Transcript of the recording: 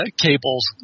cables